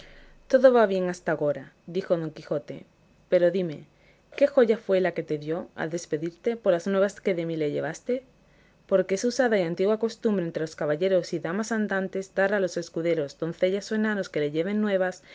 todo va bien hasta agora dijo don quijote pero dime qué joya fue la que te dio al despedirte por las nuevas que de mí le llevaste porque es usada y antigua costumbre entre los caballeros y damas andantes dar a los escuderos doncellas o enanos que les llevan nuevas